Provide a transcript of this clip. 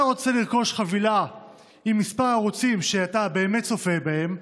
אתה רוצה לרכוש חבילה עם כמה ערוצים שאתה באמת צופה בהם,